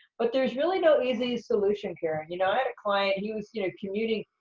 but there's really no easy solution here. you know, i hd a client, he was you know commuting,